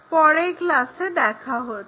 পরের ক্লাসে দেখা হচ্ছে